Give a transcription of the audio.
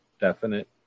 definite